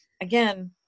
again